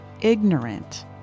ignorant